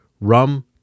rum